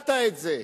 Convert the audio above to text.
ידעת את זה.